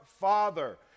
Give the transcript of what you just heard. father